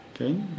Okay